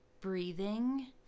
breathing